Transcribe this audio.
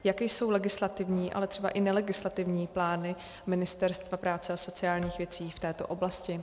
Jaké jsou legislativní, ale třeba i nelegislativní plány Ministerstva práce a sociálních věcí v této oblasti?